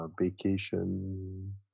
Vacation